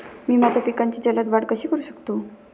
मी माझ्या पिकांची जलद वाढ कशी करू शकतो?